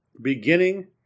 beginning